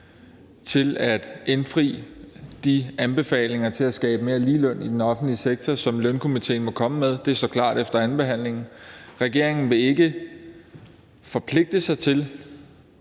til at indfri de anbefalinger om at skabe mere lige løn i den offentlige sektor, som lønstrukturkomitéen måtte komme med. Det står klart efter andenbehandlingen. Regeringen vil ikke forpligte sig til